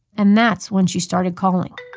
and that's when she started calling